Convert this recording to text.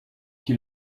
qui